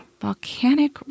Volcanic